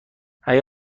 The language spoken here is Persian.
اگر